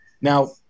Now